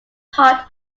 part